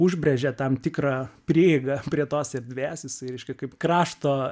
užbrėžia tam tikrą prieigą prie tos erdvės jisai reiškia kaip krašto